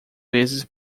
vezes